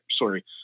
sorry